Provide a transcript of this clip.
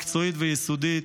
מקצועית ויסודית,